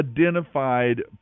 identified